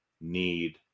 need